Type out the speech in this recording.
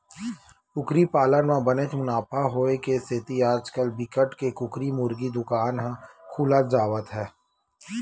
कुकरी पालन म बनेच मुनाफा होए के सेती आजकाल बिकट के कुकरी मुरगी दुकान ह खुलत जावत हे